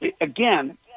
Again